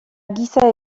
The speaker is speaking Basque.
giza